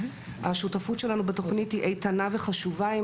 השותפות שלנו בתוכנית היא איתנה וחשובה עם